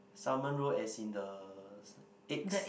salmon roe as in the eggs